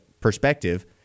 perspective